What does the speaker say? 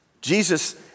Jesus